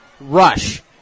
rush